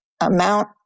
amount